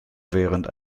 während